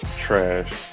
Trash